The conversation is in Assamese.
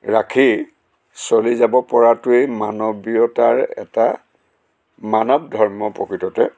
ৰাখি চলি যাব পৰাটোৱেই মানৱীয়তাৰ এটা মানৱ ধৰ্ম প্ৰকৃততে